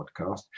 podcast